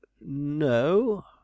no